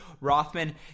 Rothman